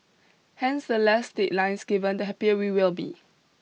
hence the less deadlines given the happier we will be